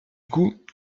coup